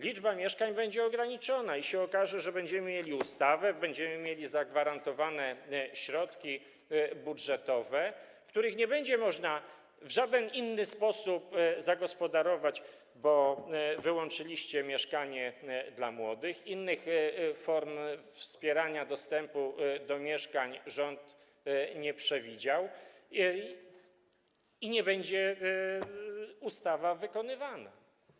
Liczba mieszkań będzie ograniczona i się okaże, że będziemy mieli ustawę, będziemy mieli zagwarantowane środki budżetowe, których nie będzie można w żaden inny sposób zagospodarować, bo wyłączyliście „Mieszkanie dla młodych”, innych form wspierania dostępu do mieszkań rząd nie przewidział i ustawa nie będzie wykonywana.